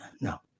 no